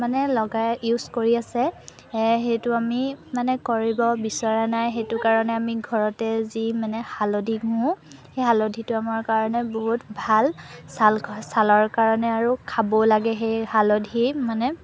মানে লগাই ইউজ কৰি আছে সেইটো আমি মানে কৰিব বিচৰা নাই সেইটো কাৰণে আমি ঘৰতে যি মানে হালধি ঘঁহোঁ সেই হালধিটো আমাৰ কাৰণে বহুত ভাল ছাল ছালৰ কাৰণে আৰু খাবও লাগে সেই হালধি মানে